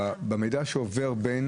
המידע לא עובר בין